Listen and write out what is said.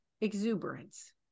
exuberance